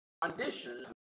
conditions